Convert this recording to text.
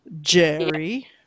jerry